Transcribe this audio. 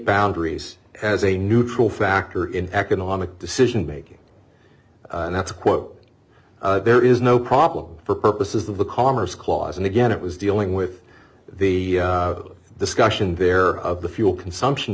boundaries as a neutral factor in economic decision making and that's a quote there is no problem for purposes of the commerce clause and again it was dealing with the discussion there of the fuel consumption